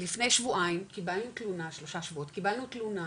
לפני שלושה שבועות קיבלנו תלונה